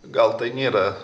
gal tai nėra